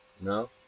No